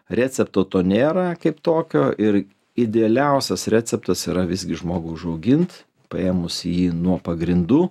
recepto to nėra kaip tokio ir idealiausias receptas yra visgi žmogų užaugint paėmus jį nuo pagrindų